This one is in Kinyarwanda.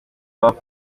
hop